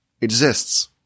exists